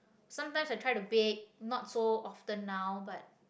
sometimes I try to bake not so often now but